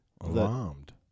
alarmed